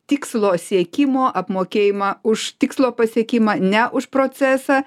tikslo siekimo apmokėjimą už tikslo pasiekimą ne už procesą